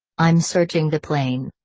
i'm searching the plane.